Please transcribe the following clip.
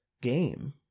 game